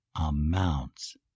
amounts